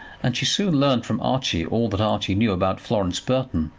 and she soon learned from archie all that archie knew about florence burton.